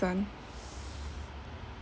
~son